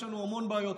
יש לנו המון בעיות,